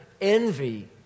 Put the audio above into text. Envy